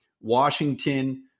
Washington